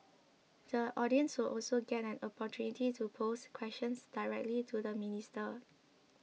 the audience will also get an opportunity to pose questions directly to the minister